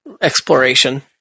exploration